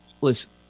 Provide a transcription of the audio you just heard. Listen